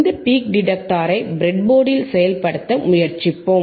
இந்த பீக் டிடெக்டரை ப்ரெட்போர்டில் செயல்படுத்த முயற்சிப்போம்